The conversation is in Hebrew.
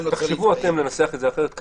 תחשבו אתם לנסח את זה אחרת.